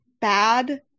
bad